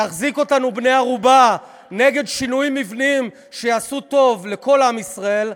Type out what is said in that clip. להחזיק אותנו בני-ערובה נגד שינויים מבניים שיעשו טוב לכל עם ישראל,